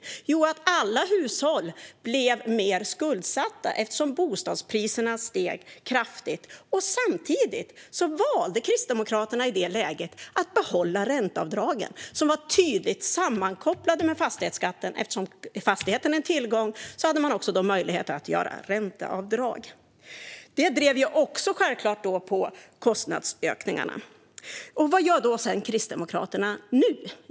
Jo, det ledde till att alla hushåll blev mer skuldsatta, eftersom bostadspriserna steg kraftigt. Samtidigt valde Kristdemokraterna att behålla ränteavdragen som var tydligt sammankopplade med fastighetsskatten. Eftersom fastigheten är en tillgång hade människor möjlighet att göra ränteavdrag. Det drev självklart också på kostnadsökningarna. Vad gör Kristdemokraterna nu?